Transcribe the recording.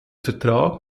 vertrag